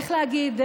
איך להגיד,